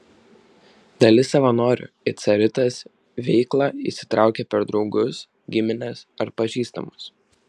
dalis savanorių į caritas veiklą įsitraukia per draugus gimines ar pažįstamus